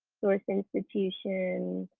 source institution,